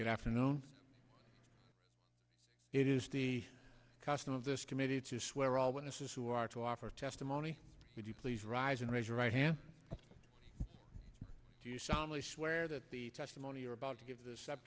good afternoon it is the custom of this committee to swear all witnesses who are to offer testimony would you please rise and raise your right hand do you solemnly swear that the testimony you are about to give this